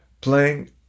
playing